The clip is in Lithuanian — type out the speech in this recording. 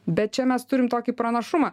bet čia mes turim tokį pranašumą